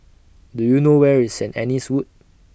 Do YOU know Where IS Saint Anne's Wood